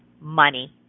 money